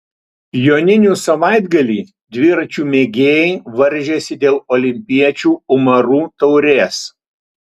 joninių savaitgalį dviračių mėgėjai varžėsi dėl olimpiečių umarų taurės